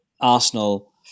Arsenal